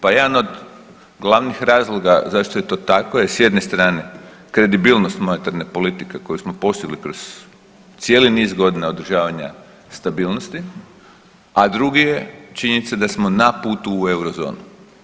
Pa jedan od glavnih razloga zašto je to tako je s jedne strane kredibilnost monetarne politike koju smo posjeli kroz cijeli niz godina održavanja stabilnosti, a drugi je činjenica da smo na putu u eurozonu.